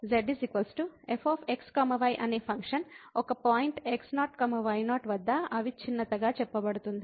కాబట్టి z f x y అనే function ఒక పాయింట్ x0 y0 వద్ద అవిచ్ఛిన్నతగా చెప్పబడుతుంది